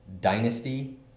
Dynasty